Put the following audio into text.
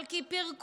אבל כי פירקו,